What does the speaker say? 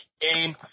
game